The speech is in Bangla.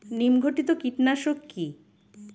নিম ঘটিত কীটনাশক কি?